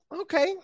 okay